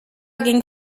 ging